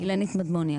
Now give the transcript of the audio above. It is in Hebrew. אילנית מדמוני,